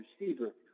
receiver